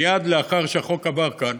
מייד לאחר שהחוק עבר כאן.